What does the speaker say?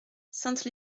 sainte